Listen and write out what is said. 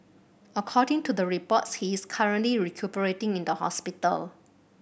according to the reports he is currently recuperating in the hospital